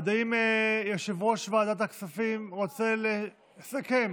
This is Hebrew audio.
האם יושב-ראש ועדת הכספים רוצה לסכם?